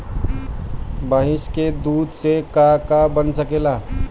भइस के दूध से का का बन सकेला?